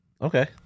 okay